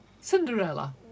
cinderella